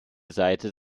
seite